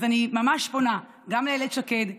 אז אני ממש פונה גם לאילת שקד,